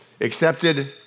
accepted